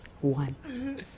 one